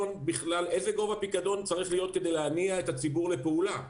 איזה גובה פיקדון צריך להיות כדי להניע את הציבור לפעולה?